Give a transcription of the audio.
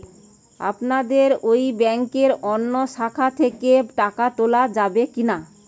আপনাদের এই ব্যাংকের অন্য শাখা থেকে টাকা তোলা যাবে কি না?